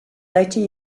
later